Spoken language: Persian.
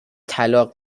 طلاق